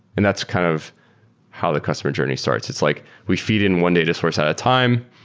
and that's kind of how the customer journey starts. it's like we feed in one data source at a time.